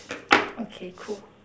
okay cool